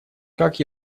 как